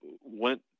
went